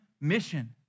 mission